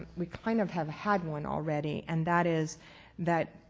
we kind of have had one already and that is that,